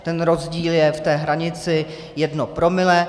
Ten rozdíl je v té hranici jedno promile.